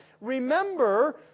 Remember